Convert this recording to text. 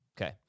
Okay